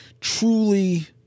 truly